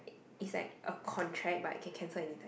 is like a contract but can cancel anytime